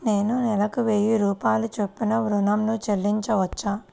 నేను నెలకు వెయ్యి రూపాయల చొప్పున ఋణం ను చెల్లించవచ్చా?